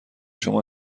شما